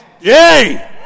Yay